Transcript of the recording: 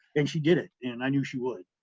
and she did it and i knew she would.